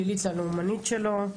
הפלילית הלאומנית שלו,